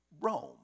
Rome